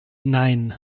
nein